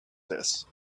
this